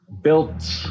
built